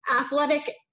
athletic